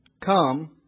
Come